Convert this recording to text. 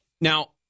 Now –